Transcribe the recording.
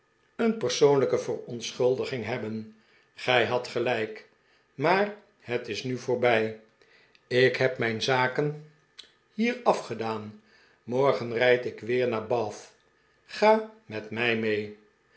een vriend op te verontschuldiging hebben gij hadt gelijk maar het is nu voorbij ik heb mijn zaken hier afgedaan morgen rijd ik weer naar bath ga met mij mee